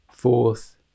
Fourth